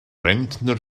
rentner